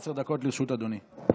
עשר דקות לרשות אדוני.